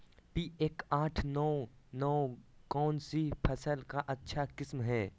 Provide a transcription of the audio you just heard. P एक आठ नौ नौ कौन सी फसल का अच्छा किस्म हैं?